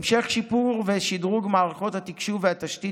המשך שיפור ושדרוג מערכות התקשוב והתשתית